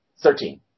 Thirteen